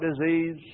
disease